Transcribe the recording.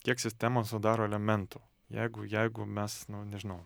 kiek sistemą sudaro elementų jeigu jeigu mes nu nežinau